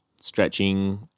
stretching